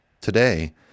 Today